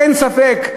אין ספק,